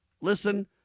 Listen